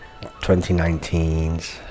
2019's